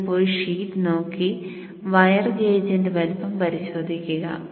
നിങ്ങൾ പോയി ഷീറ്റ് നോക്കി വയർ ഗേജ് വലുപ്പം പരിശോധിക്കുക